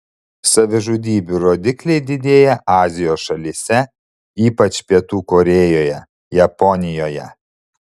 savižudybių rodikliai didėja azijos šalyse ypač pietų korėjoje japonijoje